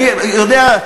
אני יודע.